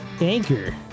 Anchor